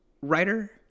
writer